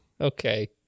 Okay